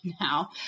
now